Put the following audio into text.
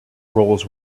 roles